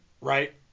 right